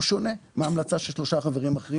הוא שונה מההמלצה של שלושה חברים אחרים